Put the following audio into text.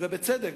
ובצדק,